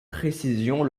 précision